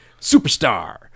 Superstar